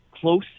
close